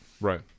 Right